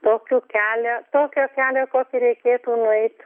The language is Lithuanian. tokiu kelią tokio kelią kokį reikėtų nueit